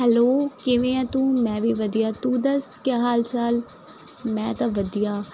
hello ਕਿਵੇਂ ਆ ਤੂੰ ਮੈਂ ਵੀ ਵਧੀਆ ਤੂੰ ਦੱਸ ਕਿਆ ਹਾਲ ਚਾਲ ਮੈਂ ਤਾਂ ਵਧੀਆ